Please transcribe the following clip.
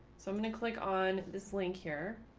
so i'm going to click on this link here